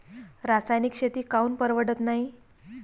रासायनिक शेती काऊन परवडत नाई?